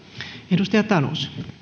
arvoisa rouva puhemies